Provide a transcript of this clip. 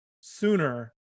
sooner